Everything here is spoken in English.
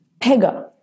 Pega